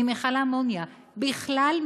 בכלל,